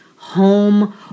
Home